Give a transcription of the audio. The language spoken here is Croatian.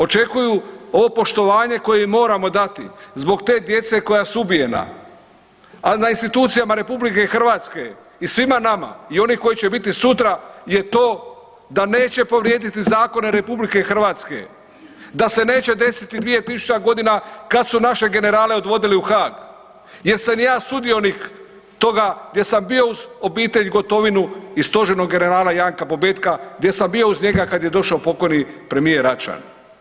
Očekuju ovo poštovanje koje im moramo dati zbog te djece koja su ubijena, a na institucijama RH i svima nama i oni koji će biti sutra je to da neće povrijediti zakone RH, da se neće desiti 2000. godina kada su naše generale odvodili u Haag, jer sam i ja sudionik toga, jer sam bio uz obitelj Gotovinu i stožernog generala Janka Bobetka gdje sam bio uz njega kada je došao pokojni premijer Račan.